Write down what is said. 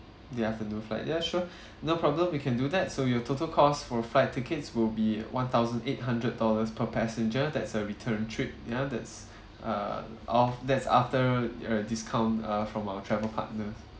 the afternoon flight ya sure no problem we can do that so your total cost for flight tickets will be one thousand eight hundred dollars per passenger that's a return trip ya that's err af~ that's after uh discount uh from our travel partner